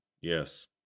Yes